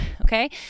okay